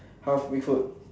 half big foot